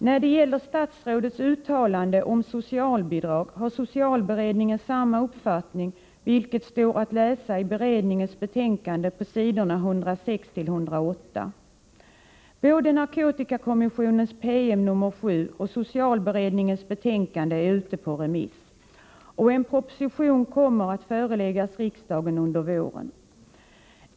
När det gäller statsrådets uttalande om socialbidrag har socialberedningen samma uppfattning, vilket står att läsa i beredningens betänkande på s. 106-108. Både narkotikakommissionens PM nr 7 och socialberedningens betänkande är ute på remiss. En proposition kommer att föreläggas riksdagen under våren.